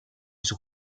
sus